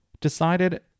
decided